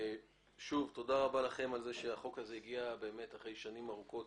תודה רבה לכם על זה שהחוק הזה הגיע אחרי שנים ארוכות,